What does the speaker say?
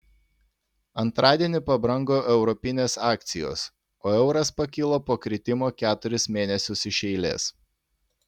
antradienį pabrango europinės akcijos o euras pakilo po kritimo keturis mėnesius iš eilės